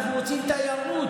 אנחנו רוצים תיירות.